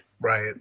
Right